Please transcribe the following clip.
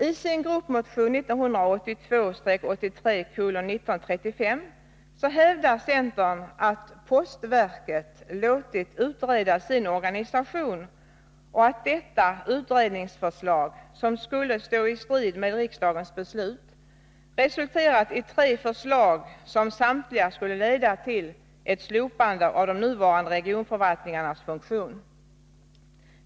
I sin gruppmotion 1982/83:1935 hävdar centern att postverket låtit utreda sin organisation och att detta utredningsförslag — som skulle stå i strid med riksdagens beslut — resulterat i tre förslag som samtliga skulle leda till ett slopande av de nuvarande regionförvaltningarnas funktion.